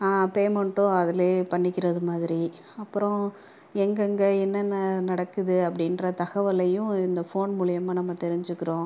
பேமண்ட்டும் அதில் பண்ணிக்கிறது மாதிரி அப்புறம் எங்கங்கே என்னன்ன நடக்குது அப்படின்ற தகவலையும் இந்த ஃபோன் மூலயமா நம்ம தெரிஞ்சுக்றோம்